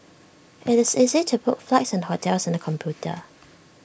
IT is easy to book flights and hotels on the computer